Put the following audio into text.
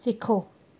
ਸਿੱਖੋ